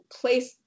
place